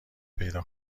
پیدا